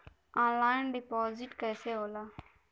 Online deposit कैसे होला?